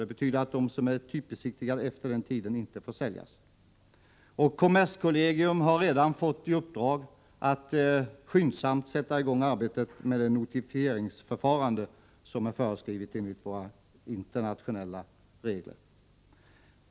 Det innebär att de fordon som är typbesiktigade efter den tiden och som har asbestbelägg inte får säljas i landet. Kommerskollegium har redan fått i uppdrag att skyndsamt sätta i gång arbetet med det notifieringsförfarande som man föreskrivit enligt våra internationella regler.